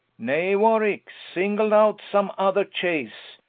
nay warwicke, single out some other chace,